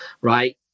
right